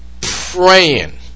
praying